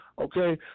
Okay